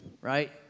right